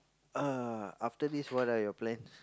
uh after this what are your plans